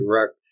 direct